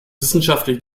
wissenschaftlich